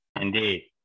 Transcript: Indeed